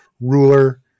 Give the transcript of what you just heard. ruler